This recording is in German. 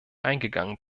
eingegangen